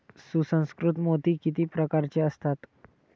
सुसंस्कृत मोती किती प्रकारचे असतात?